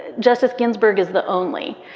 justice ginsburg is the only.